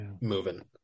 moving